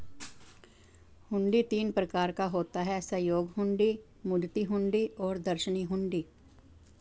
हुंडी तीन प्रकार का होता है सहयोग हुंडी, मुद्दती हुंडी और दर्शनी हुंडी